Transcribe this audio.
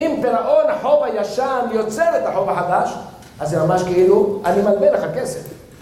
אם פירעון החוב הישן יוצר את החוב החדש, אז זה ממש כאילו אני מלווה לך כסף